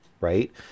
right